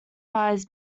fires